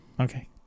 Okay